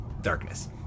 darkness